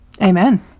Amen